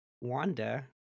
Wanda